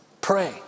Pray